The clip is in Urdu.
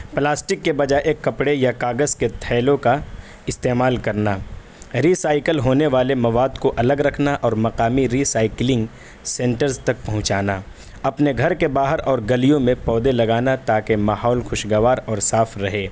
پلاسٹک کے بجائے ایک کپڑے یا کاغذ کے تھیلوں کا استعمال کرنا ریسائکل ہونے والے مواد کو الگ رکھنا اور مقامی ریسائکلنگ سینٹرز تک پہنچانا اپنے گھر کے باہر اور گلیوں میں پودے لگانا تاکہ ماحول خوشگوار اور صاف رہے